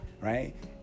right